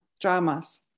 dramas